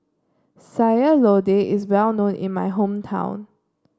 Sayur Lodeh is well known in my hometown